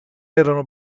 erano